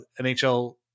NHL